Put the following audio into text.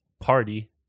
party